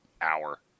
hour